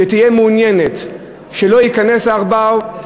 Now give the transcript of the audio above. שתהיה מעוניינת שלא ייכנס העכבר,